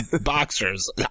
boxers